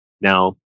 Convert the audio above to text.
Now